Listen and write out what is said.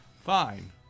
fine